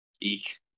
Eek